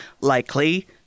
likely